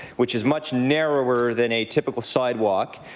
which is much narrower than a typical sidewalk.